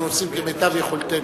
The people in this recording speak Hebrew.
אנחנו עושים כמיטב יכולתנו.